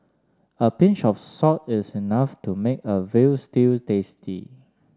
a pinch of salt is enough to make a veal stew tasty